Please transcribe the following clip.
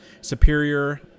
superior